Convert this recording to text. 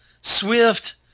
Swift